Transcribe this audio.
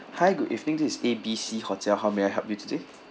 hi good evening this is A B C hotel how may I help you today